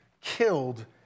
killed